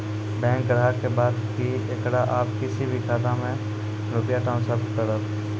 Bank ग्राहक के बात की येकरा आप किसी भी खाता मे रुपिया ट्रांसफर करबऽ?